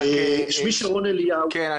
שלום.